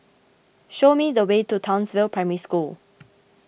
show me the way to Townsville Primary School